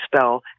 spell